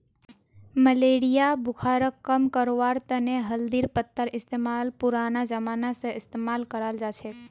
malaria बुखारक कम करवार तने हल्दीर पत्तार इस्तेमाल पुरना जमाना स इस्तेमाल कराल जाछेक